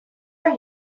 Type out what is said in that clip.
are